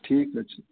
ٹھیٖک حظ چھِ